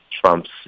Trump's